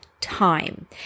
time